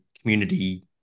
community